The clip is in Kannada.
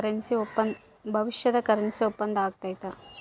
ಭವಿಷ್ಯದ ಕರೆನ್ಸಿ ಒಪ್ಪಂದ ಆಗೈತೆ